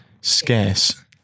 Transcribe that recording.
scarce